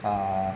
err